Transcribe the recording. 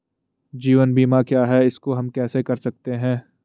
जीवन बीमा क्या है इसको हम कैसे कर सकते हैं?